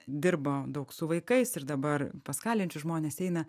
dirbo daug su vaikais ir dabar pas kalinčius žmones eina